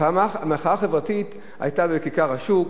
שהמחאה החברתית היתה בכיכר השוק,